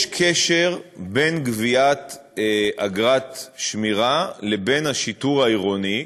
יש קשר בין גביית אגרת שמירה לבין השיטור העירוני,